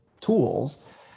tools